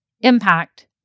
impact